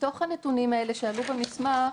מתוך הנתונים שעלו במסמך,